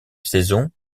saison